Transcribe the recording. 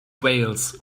veils